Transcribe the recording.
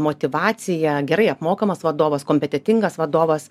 motyvaciją gerai apmokamas vadovas kompetentingas vadovas